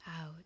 out